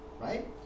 Right